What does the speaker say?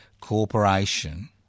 Corporation